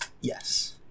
yes